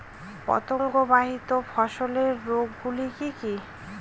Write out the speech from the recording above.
পতঙ্গবাহিত ফসলের রোগ গুলি কি কি?